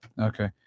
Okay